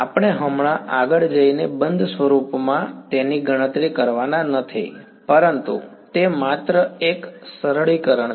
આપણે હમણાં આગળ જઈને બંધ સ્વરૂપમાં તેની ગણતરી કરવાના નથી પરંતુ તે માત્ર એક સરળીકરણ છે